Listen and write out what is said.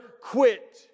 quit